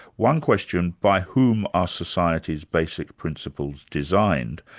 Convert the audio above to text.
one question, by whom are society's basic principles designed?